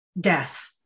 death